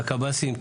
והקב"סים.